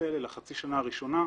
האלה בחצי השנה הראשונה.